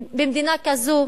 במדינה כזו